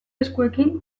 eskuekin